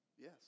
Yes